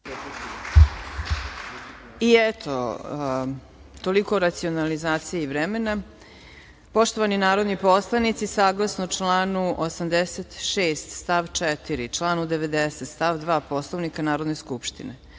Eto, toliko o racionalizaciji vremena. Poštovani narodni poslanici, saglasno članu 86. stav 4. i članu 90. stav 2. Poslovnika Narodne skupštine,